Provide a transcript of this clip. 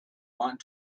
want